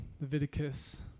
Leviticus